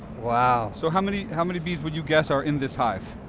wow! so how many how many bees would you guess are in this hive?